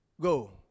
Go